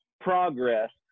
progress